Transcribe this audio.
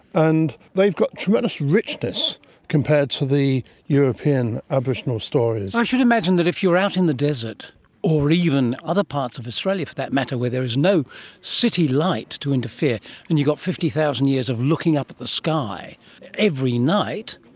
and they've got tremendous richness compared to the european aboriginal stories. i should imagine that if you are out in the desert or even other parts of australia for that matter where there is no city light to interfere and you've got fifty thousand years of looking up at the sky every night,